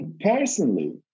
personally